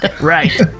Right